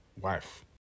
Wife